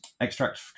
extract